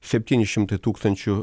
septyni šimtai tūkstančių